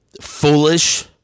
foolish